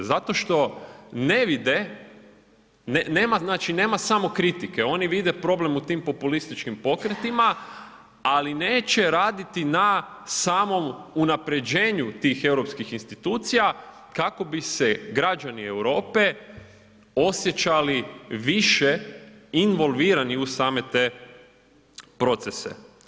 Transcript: Zato što ne vide, znači nema samokritike, oni vide problem u tim populističkim pokretima, ali neće raditi na samom unapređenju tih europskih institucija kako bi se građani Europe osjećali više involvirani u same te procese.